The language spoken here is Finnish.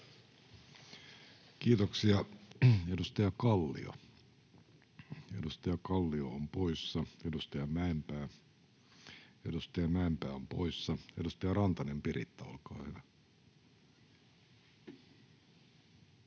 Kiitoksia. — Edustaja Kallio on poissa, edustaja Mäenpää on poissa. — Edustaja Rantanen, Piritta, olkaa hyvä.